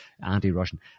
anti-Russian